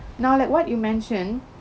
now like what you mentioned